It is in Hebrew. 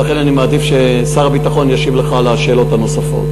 ולכן אני מעדיף ששר הביטחון ישיב לך על השאלות הנוספות.